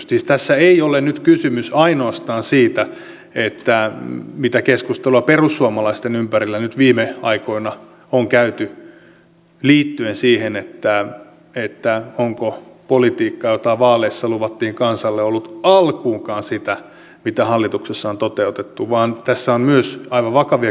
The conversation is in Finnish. siis tässä ei ole nyt kysymys ainoastaan siitä mitä keskustelua perussuomalaisten ympärillä nyt viime aikoina on käyty liittyen siihen onko politiikka jota vaaleissa luvattiin kansalle ollut alkuunkaan sitä mitä hallituksessa on toteutettu vaan tässä on myös aivan vakavia kysymyksiä